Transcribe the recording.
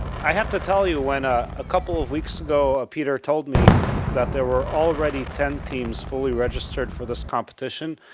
i have to tell you, when ah ah couple weeks ago ah peter told me that there were already ten teams fully registered for this competition,